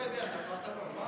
מאיפה אתה יודע, ספרת לו?